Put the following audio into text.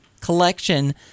collection